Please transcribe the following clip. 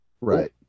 right